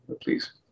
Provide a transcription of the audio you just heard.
please